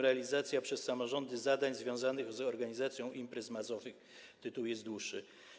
Realizacja przez samorządy zadań związanych z organizacją imprez masowych - tytuł jest dłuższy.